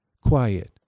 Quiet